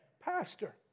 Pastor